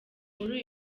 muri